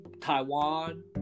Taiwan